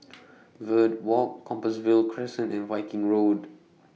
Verde Walk Compassvale Crescent and Viking Road